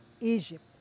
Egypt